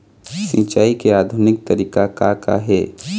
सिचाई के आधुनिक तरीका का का हे?